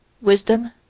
wisdom